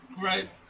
right